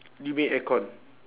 you mean aircon